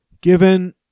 given